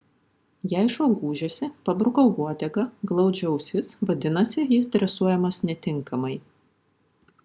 jei šuo gūžiasi pabruka uodegą glaudžia ausis vadinasi jis dresuojamas netinkamai